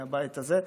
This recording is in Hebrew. מהבית הזה.